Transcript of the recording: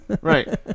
Right